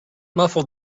muffled